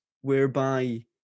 whereby